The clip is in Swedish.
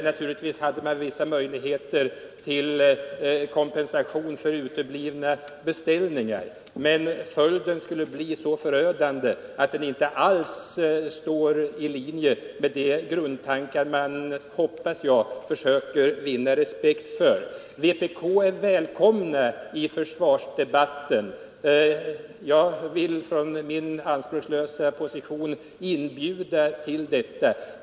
Naturligtvis skulle det finnas vissa möjligheter till kompensation för uteblivna beställningar, men följden skulle bli så förödande att den inte alls står i linje med de grundtankar vpk, hoppas jag, försöker vinna respekt för. Vpk är välkommet i försvarsdebatten. Jag vill från min anspråkslösa position inbjuda härtill.